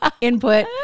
input